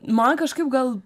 man kažkaip gal